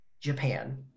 japan